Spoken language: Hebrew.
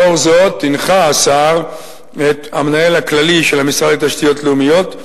לאור זאת הנחה השר את המנהל הכללי של משרד התשתיות הלאומיות,